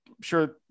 sure